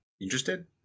interested